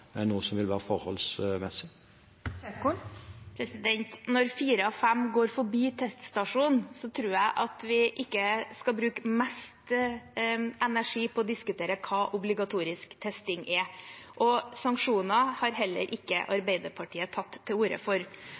noe som vil være forholdsmessig. Det åpnes for oppfølgingsspørsmål – Ingvild Kjerkol. Når fire av fem går forbi teststasjonen, tror jeg ikke vi skal bruke mest energi på å diskutere hva obligatorisk testing er. Sanksjoner har heller ikke Arbeiderpartiet tatt til orde for.